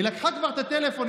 היא לקחה כבר את הטלפון,